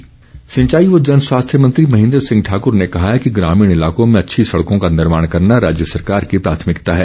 महेन्द्र सिंह सिंचाई व जन स्वास्थ्य मंत्री महेन्द्र सिंह ठाकूर ने कहा है कि ग्रामीण इलाकों में अच्छी सड़कों का निर्माण करना राज्य सरकार की प्राथमिकता है